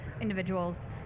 individuals